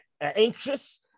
anxious